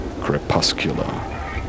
crepuscular